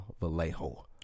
Vallejo